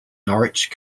norwich